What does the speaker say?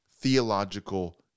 theological